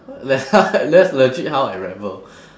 that's legit how I rebel